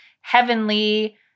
heavenly